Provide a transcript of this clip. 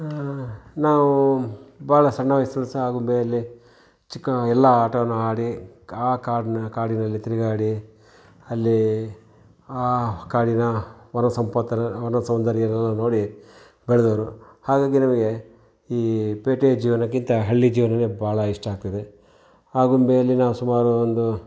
ನಾವು ಬಹಳ ಸಣ್ಣ ವಯಸ್ಸಲ್ಲಿ ಸಹ ಆಗುಂಬೆಯಲ್ಲೇ ಚಿಕ್ಕ ಎಲ್ಲ ಆಟವನ್ನು ಆಡಿ ಆ ಕಾಡನ್ನ ಕಾಡಿನಲ್ಲಿ ತಿರುಗಾಡಿ ಅಲ್ಲಿ ಆ ಕಾಡಿನ ವನ ಸಂಪತ್ತನ್ನು ವನ ಸೌಂದರ್ಯವನ್ನೆಲ್ಲ ನೋಡಿ ಬೆಳೆದವರು ಹಾಗಾಗಿ ನಮಗೆ ಈ ಪೇಟೆಯ ಜೀವನಕ್ಕಿಂತ ಹಳ್ಳಿ ಜೀವನವೇ ಬಹಳ ಇಷ್ಟ ಆಗ್ತದೆ ಆಗುಂಬೆಯಲ್ಲಿ ನಾವು ಸುಮಾರು ಒಂದು